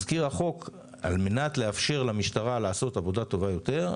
על מנת לאפשר למשטרה לעשות עבודה טובה יותר,